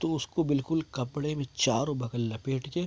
تو اس کو بالکل کپڑے میں چاروں بغل لپیٹ کے